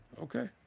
Okay